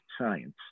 science